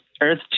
earth